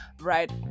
right